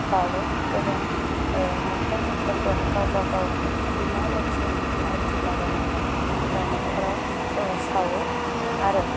बाउओ गोबां न'खर न'खरबो गावबा गाव बिमा लोखिनि मुर्थि लाबोनानै न'खराव सावो आरो